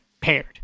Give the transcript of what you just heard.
paired